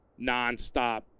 nonstop